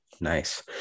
nice